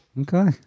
okay